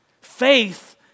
Faith